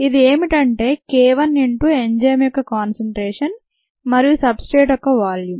అది ఏమిటంటే k1 into enzyme యొక్క కాన్సన్ట్రేషన్ మరియు సబ్ స్ట్రేట్ యొక్క వాల్యూమ్